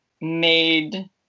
made